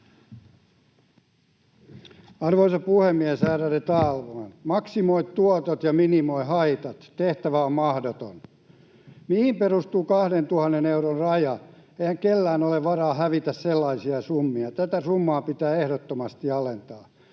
Arvoisa puhemies! Ärade talman! Maksimoi tuotot ja minimoi haitat — tehtävä on mahdoton. Mihin perustuu 2 000 euron raja? Eihän kellään ole varaa hävitä sellaisia summia. Tätä summaa pitää ehdottomasti alentaa.